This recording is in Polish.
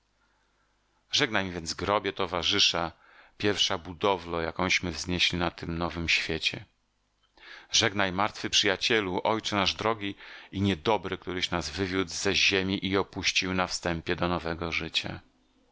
żegnaj mi więc grobie towarzysza pierwsza budowlo jakąśmy wznieśli na tym nowym świecie żegnaj martwy przyjacielu ojcze nasz drogi i niedobry któryś nas wywiódł ze ziemi i opuścił na wstępie do nowego życia